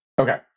Okay